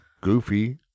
Goofy